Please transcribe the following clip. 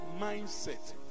mindset